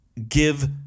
give